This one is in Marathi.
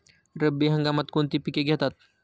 रब्बी हंगामात कोणती पिके घेतात?